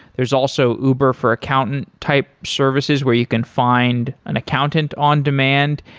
there's also uber for accountant type services where you can find an accountant on demand.